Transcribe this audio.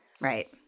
Right